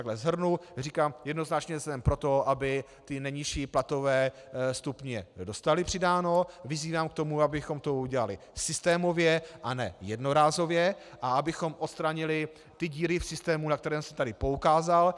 Když to takhle shrnu, říkám, jednoznačně jsem pro to, aby ty nejnižší platové stupně dostaly přidáno, vyzývám k tomu, abychom to udělali systémově a ne jednorázově a abychom odstranili ty díry v systému, na které jsem tady poukázal.